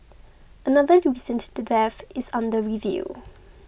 another recent death is under review